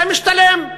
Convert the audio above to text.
זה משתלם.